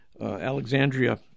Alexandria